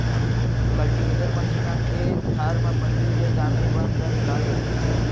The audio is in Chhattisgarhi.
कल्टीवेटर मसीन ह खेत खार म पहिली ले जामे बन ल निकाल देथे